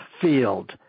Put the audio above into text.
field